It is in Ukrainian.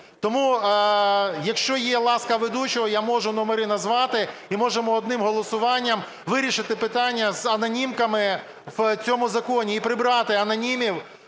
Тому, якщо є ласка ведучого, я можу номери назвати, і можемо одним голосуванням вирішити питання з анонімками в цьому законі і прибрати анонімів,